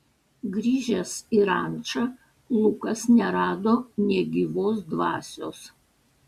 grįžęs į rančą lukas nerado nė gyvos dvasios